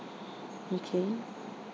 okay